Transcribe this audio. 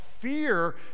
fear